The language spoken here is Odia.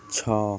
ଛଅ